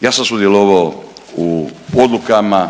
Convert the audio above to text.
ja sam sudjelovao u odlukama,